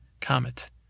Comet